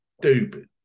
stupid